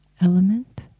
element